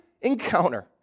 encounter